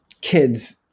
kids